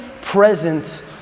presence